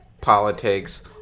politics